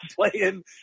playing